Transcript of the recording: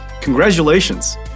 Congratulations